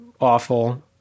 awful